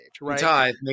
Right